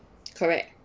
correct